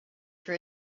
for